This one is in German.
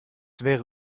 wäre